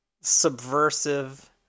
subversive